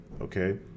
okay